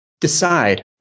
Decide